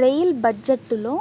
rail బజ్జెట్టులో